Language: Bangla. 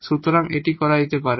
সুতরাং এটা করা যেতে পারে